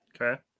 Okay